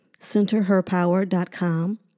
centerherpower.com